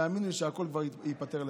תאמין לי שהכול כבר ייפתר לבד.